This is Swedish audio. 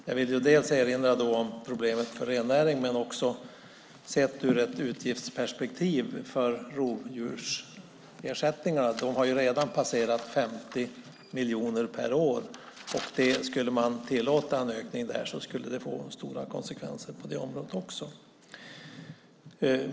Jag vill erinra dels om problemet för rennäringen, dels om utgiftsperspektivet för rovdjursersättningarna. De har redan passerat 50 miljoner per år. Om en ökning skulle tillåtas där skulle det få stora konsekvenser på det området också.